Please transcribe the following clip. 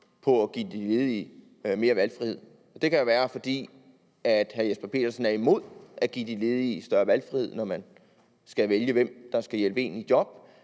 på at give de ledige større valgfrihed. Det kan være, fordi hr. Jesper Petersen er imod at give de ledige større valgfrihed, når de skal vælge, hvem der skal hjælpe dem i job,